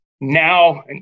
now